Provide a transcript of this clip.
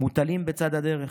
מוטלים בצד הדרך,